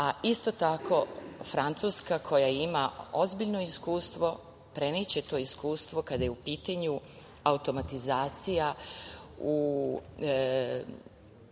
Isto tako, Francuska, koja ima ozbiljno iskustvo, preneće to iskustvo kada je u pitanju automatizacija u